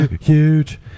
Huge